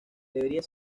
debería